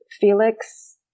Felix